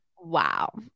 Wow